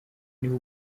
niwe